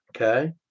Okay